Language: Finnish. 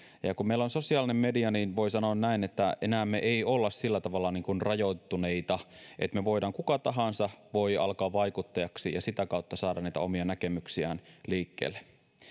kun meillä on sosiaalinen media niin voi sanoa näin että enää me emme ole sillä tavalla niin kuin rajoittuneita vaan kuka tahansa voi alkaa vaikuttajaksi ja sitä kautta saada näitä omia näkemyksiään liikkeelle kun